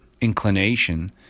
inclination